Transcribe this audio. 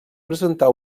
presentar